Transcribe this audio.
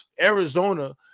Arizona